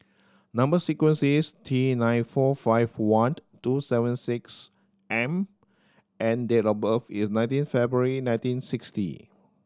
number sequence is T nine four five one two seven six M and date of birth is nineteen February nineteen sixty